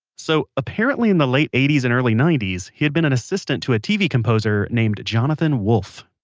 so apparently in the late eighty s and early ninety s, he'd been an assistant to a tv composer named jonathan wolff